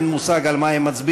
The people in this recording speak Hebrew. אין מושג על מה מצביעים,